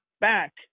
back